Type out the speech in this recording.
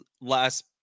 last